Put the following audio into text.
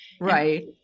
Right